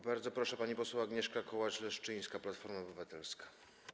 Bardzo proszę, pani poseł Agnieszka Kołacz-Leszczyńska, Platforma Obywatelska.